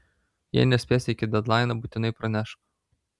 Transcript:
jei nespėsi iki dedlaino būtinai pranešk